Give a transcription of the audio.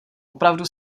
opravdu